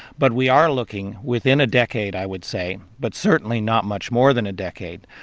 but we are looking, within a decade i would say, but certainly not much more than a decade,